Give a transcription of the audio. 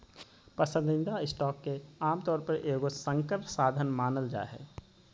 पसंदीदा स्टॉक के आमतौर पर एगो संकर साधन मानल जा हइ